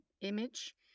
image